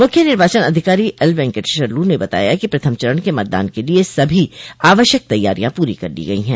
मुख्य निर्वाचन अधिकारी एल वेंकटेश्वर लू ने बताया कि प्रथम चरण के मतदान के लिये सभी आवश्यक तैयारियां पूरी कर ली गई है